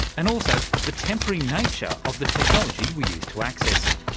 and also the temporary nature of the technology we use to access it.